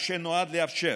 אשר נועד לאפשר